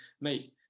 mate